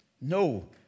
No